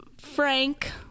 Frank